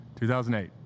2008